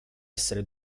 essere